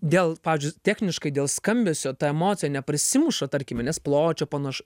dėl pavyzdžiui techniškai dėl skambesio ta emocija neprasimuša tarkime nes pločio panaš